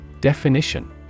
Definition